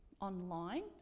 online